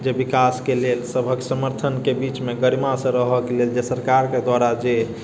जे विकासके लेल सबके समर्थनके बीचमे गरिमासँ रहैके लेल जे सरकारके द्वारा जे